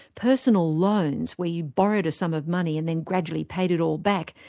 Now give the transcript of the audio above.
personal loans, where you borrowed a sum of money and then gradually paid it all back,